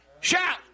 Shout